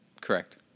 correct